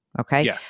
Okay